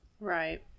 Right